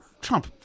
Trump